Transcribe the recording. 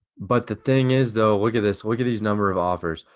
but the thing is, though look at this look at these number of offers.